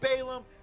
Balaam